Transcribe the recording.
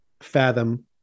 fathom